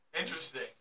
Interesting